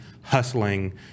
hustling